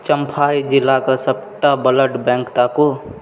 चम्फाई जिलाक सबटा blood bank ताकू